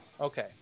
Okay